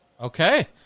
Okay